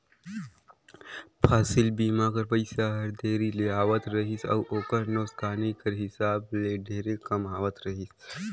फसिल बीमा कर पइसा हर देरी ले आवत रहिस अउ ओकर नोसकानी कर हिसाब ले ढेरे कम आवत रहिस